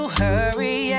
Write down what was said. hurry